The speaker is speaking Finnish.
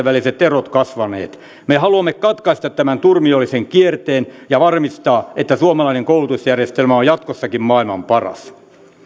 väliset erot kasvaneet me haluamme katkaista tämän turmiollisen kierteen ja varmistaa että suomalainen koulutusjärjestelmä on jatkossakin maailman paras